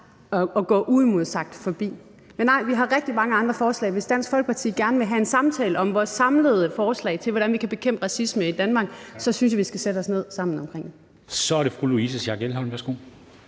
og gået uimodsagt forbi. Men nej, vi har rigtig mange andre forslag, og hvis Dansk Folkeparti gerne vil have en samtale om vores samlede forslag til, hvordan vi kan bekæmpe racisme i Danmark, synes jeg vi skal sætte os ned sammen og tale om det. Kl. 15:29